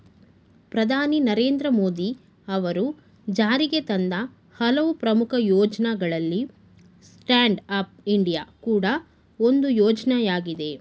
ಪ್ರಧಾನಿ ನರೇಂದ್ರ ಮೋದಿ ಅವರು ಜಾರಿಗೆತಂದ ಹಲವು ಪ್ರಮುಖ ಯೋಜ್ನಗಳಲ್ಲಿ ಸ್ಟ್ಯಾಂಡ್ ಅಪ್ ಇಂಡಿಯಾ ಕೂಡ ಒಂದು ಯೋಜ್ನಯಾಗಿದೆ